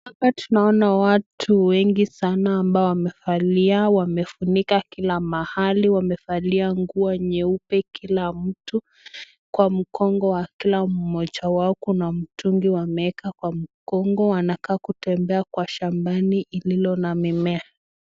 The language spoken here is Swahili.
Hapa tunaona watu wengi sana ambao wamevalia wamefunika kila mahali wamevalia nguo nyeupe kila mtu . Kwa mgongo wa kila mmoja wao kuna mtungi wameeka kwa mgongo wanakaa kutembea kwa shambani ililo na mimea.